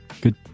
good